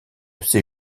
ces